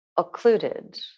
occluded